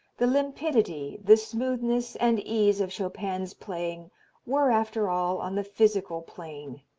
the limpidity, the smoothness and ease of chopin's playing were, after all, on the physical plane.